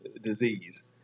disease